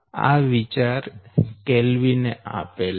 આ વિચાર કેલ્વિને આપેલ છે